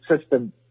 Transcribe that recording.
system